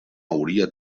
hauria